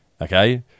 okay